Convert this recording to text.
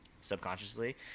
subconsciously